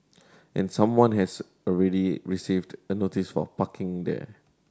and someone has already received a notice for parking there